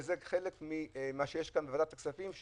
וזה חלק ממה שיש כאן בוועדת הכספים.